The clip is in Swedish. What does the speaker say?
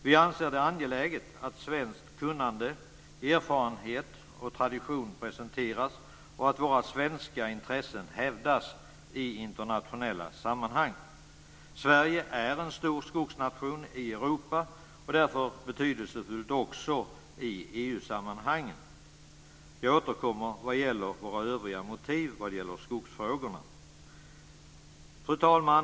Vi anser det angeläget att svenskt kunnande, erfarenhet och tradition presenteras och att våra svenska intressen hävdas i internationella sammanhang. Sverige är en stor skogsnation i Europa och därför betydelsefull också i EU-sammanhang. Jag återkommer om våra övriga motiv vad gäller skogsfrågorna. Fru talman!